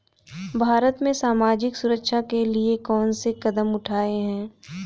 भारत में सामाजिक सुरक्षा के लिए कौन कौन से कदम उठाये हैं?